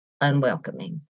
unwelcoming